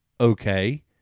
okay